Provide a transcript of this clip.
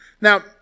Now